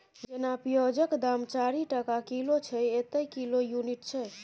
जेना पिओजक दाम चारि टका किलो छै एतय किलो युनिट छै